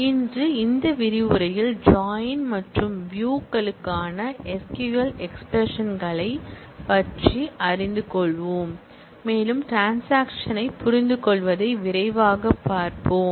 இன்று இந்த விரிவுரையில் ஜாயின் மற்றும் வியூ களுக்கான SQL எக்ஸ்பிரஷன் களைப் பற்றி அறிந்து கொள்வோம் மேலும் டிரன்சாக்சன் யைப் புரிந்துகொள்வதை விரைவாகப் பார்ப்போம்